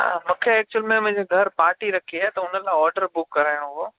मूंखे एक्चुल में मुंहिंजे घरु पार्टी रखी आहे त उन लाइ ऑडर बुक कराइणो हो